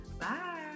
Bye